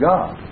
God